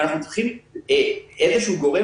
ואנחנו צריכים איזשהו גורם